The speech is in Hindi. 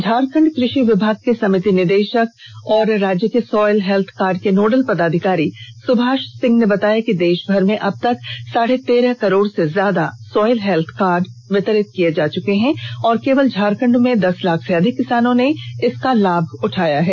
झारखंड कृषि विभाग के समिति निदेशक और राज्य के सॉयल हेल्थ कार्ड के नोडल पदाधिकारी सुभाष सिंह ने बताया कि देशभर में अब तक साढ़े तेरह करोड़ से ज्यादा सॉयल हेल्थ कार्ड वितरित किये जा चुके हैं और केवल झारखंड में दस लाख से अधिक किसानों ने इसका लाभ उठाया है